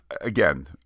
Again